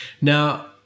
Now